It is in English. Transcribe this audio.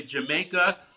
Jamaica